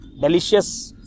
delicious